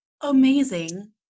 amazing